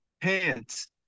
pants